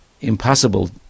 impossible